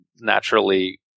naturally